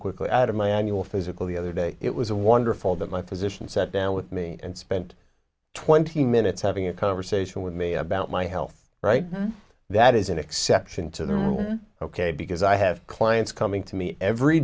quickly out of my annual physical the other day it was a wonderful that my physician sat down with me and spent twenty minutes having a conversation with me about my health right now that is an exception to the rule ok because i have clients coming to me every